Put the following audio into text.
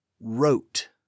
Wrote